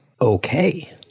Okay